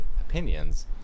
opinions